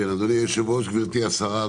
גברתי השרה,